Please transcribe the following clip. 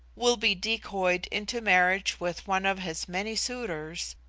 will be decoyed into marriage with one of his many suitors,